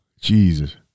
Jesus